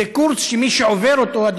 זה קורס שמי שעובר אותו,